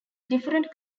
different